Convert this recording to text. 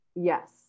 Yes